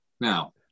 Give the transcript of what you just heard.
Now